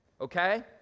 okay